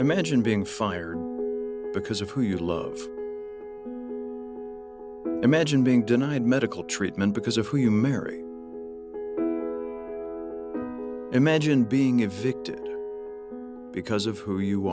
imagine being fired because of who you love imagine being denied medical treatment because of who you marry imagine being a victim because of who you